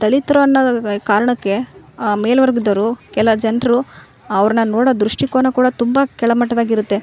ದಲಿತರು ಅನ್ನೋದು ಕಾರಣಕ್ಕೆ ಮೇಲ್ವರ್ಗದೋರು ಕೆಲ ಜನ್ರು ಅವ್ರ್ನ ನೋಡೋ ದೃಷ್ಟಿಕೋನ ಕೂಡ ತುಂಬ ಕೆಳಮಟ್ಟದಾಗಿರತ್ತೆ